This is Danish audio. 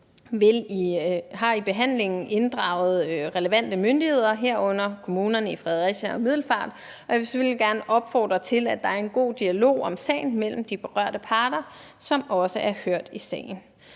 har i behandlingen inddraget relevante myndigheder, herunder Fredericia og Middelfart Kommuner, og jeg vil selvfølgelig gerne opfordre til, at der er en god dialog om sagen mellem de berørte parter, som også er hørt i sagen.